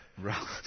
Right